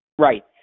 Right